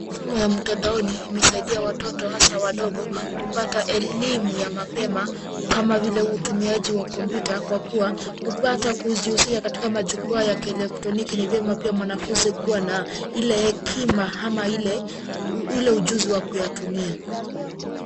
Masomo ya mtandaoni imesaidia watoto hasa wadogo kupata elimu ya mapema kama vile utumiaji wa kompyuta kwa kuwa kupata kujihusisha katika majukwaa ya kielektroniki ni vyema pia mwanafunzi kuwa na ile hekima ama ule ujuzi wa kuyatumia.